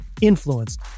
influenced